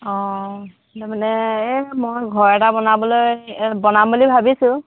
অঁ তাৰমানে এই মই ঘৰ এটা বনাবলৈ বনাম বুলি ভাবিছোঁ